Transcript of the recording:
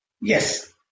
Yes